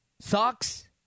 Socks